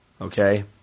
okay